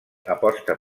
aposta